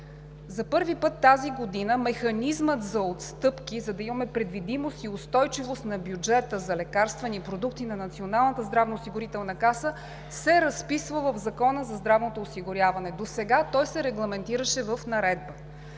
За първи път тази година механизмът за отстъпки, за да имаме предвидимост и устойчивост на бюджета за лекарствени продукти на Националната здравноосигурителна каса, се разписва в Закона за здравното осигуряване. Досега той се регламентираше в наредба